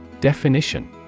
Definition